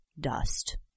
dust